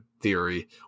theory